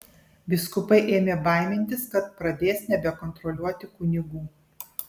vyskupai ėmė baimintis kad pradės nebekontroliuoti kunigų